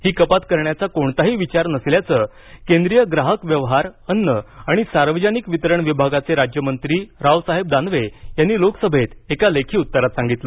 ही कपात करण्याचा कोणताही विचार नसल्याचं केंद्रीय ग्राहक व्यवहार अन्न आणि सार्वजनिक वितरण विभागाचे राज्यमंत्री रावसाहेब दावने यांनी लोकसभेत एका लेखी उत्तरात सांगितलं